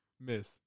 Miss